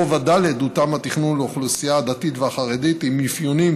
ברובע ד' הותאם התכנון לאוכלוסייה הדתית והחרדית עם אפיונים,